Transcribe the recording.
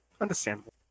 understandable